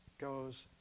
goes